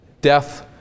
Death